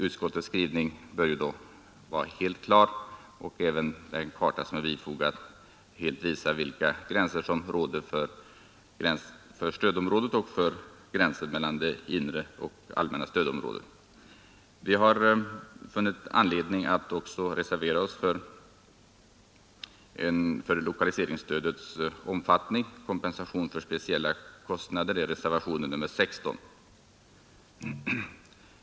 Utskottets skrivning och den karta som bifogats visar klart vilka gränser som gäller för det inre och det allmänna stödområdet. Vi har funnit anledning att också reservera oss beträffande lokaliseringsstödets omfattning och kompensation för speciella kostnader — det är reservationen 16.